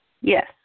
Yes